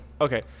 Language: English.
Okay